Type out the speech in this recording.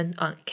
on